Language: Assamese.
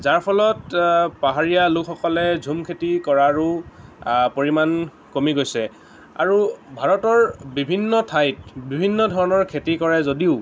যাৰ ফলত পাহাৰীয়া লোকসকলে ঝুম খেতি কৰাৰো পৰিমাণ কমি গৈছে আৰু ভাৰতৰ বিভিন্ন ঠাইত বিভিন্ন ধৰণৰ খেতি কৰে যদিও